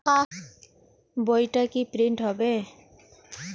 বইটা কি প্রিন্ট হবে?